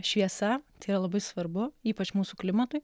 šviesa tai yra labai svarbu ypač mūsų klimatui